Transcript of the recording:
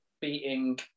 beating